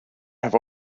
have